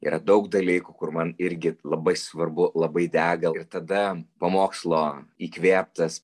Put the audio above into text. yra daug dalykų kur man irgi labai svarbu labai dega ir tada pamokslo įkvėptas